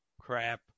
crap